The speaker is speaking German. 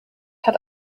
hat